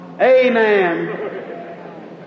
Amen